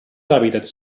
hàbitats